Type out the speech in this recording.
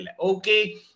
Okay